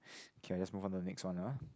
okay I just move on to next one ah